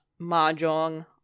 Mahjong